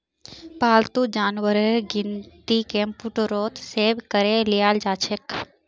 पालतू जानवरेर गिनती कंप्यूटरत सेभ करे लियाल जाछेक